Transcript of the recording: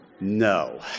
no